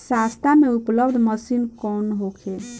सस्ता में उपलब्ध मशीन कौन होखे?